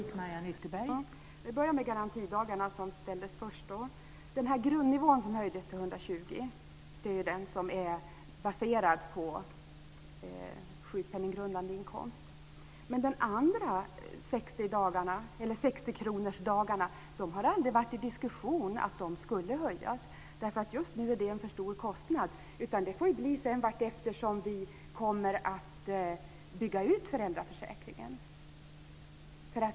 Fru talman! Låt mig börja med frågan om garantidagarna som ställdes först. Det var grundnivån som höjdes till 120 kr. Den är baserad på sjukpenninggrundande inkomst. Men det har aldrig varit diskussion om att de andra 60-kronorsdagarna skulle höjas. Just nu är det en för stor kostnad. Det får bli sedan vartefter vi kommer att bygga ut föräldraförsäkringen.